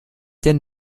denn